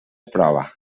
prova